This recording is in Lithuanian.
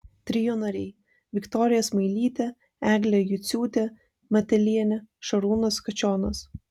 trio nariai viktorija smailytė eglė juciūtė matelienė šarūnas kačionas